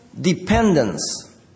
Dependence